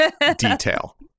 detail